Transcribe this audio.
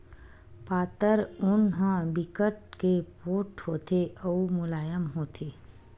पातर ऊन ह बिकट के पोठ होथे अउ मुलायम होथे